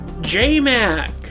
J-Mac